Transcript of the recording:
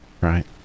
right